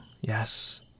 yes